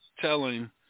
telling